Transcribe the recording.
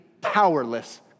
powerless